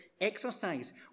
exercise